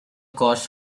costs